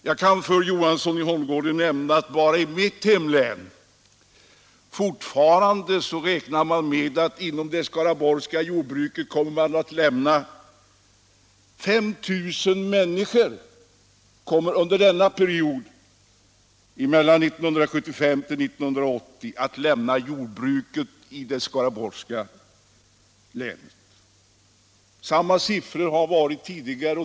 Jag kan för herr Johansson i Holmgården peka på att man i mitt hemlän fortfarande räknar med att 5 000 människor under perioden mellan 1975 och 1980 kommer att lämna det skaraborgska jordbruket. Liknande siffror har förekommit tidigare.